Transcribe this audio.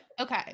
okay